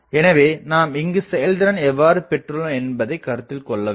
எனவேநாம் இங்குச் செயல்திறன் எவ்வாறு பெற்றுள்ளோம் என்பதைக்கருத்தில் எடுத்துக்கொள்ள வேண்டும்